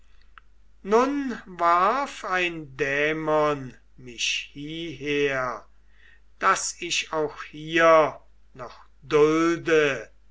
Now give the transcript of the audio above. nun warf ein dämon mich hieher daß ich auch hier noch dulde